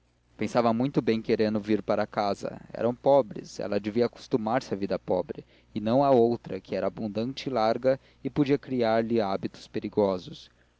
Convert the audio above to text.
pensava muito bem querendo vir para casa eram pobres ela devia acostumar se à vida pobre e não à outra que era abundante e larga e podia criar lhe hábitos perigosos